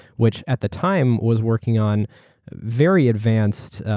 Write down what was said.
which at the time was working on very advanced.